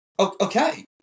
okay